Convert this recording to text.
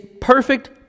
perfect